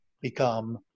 become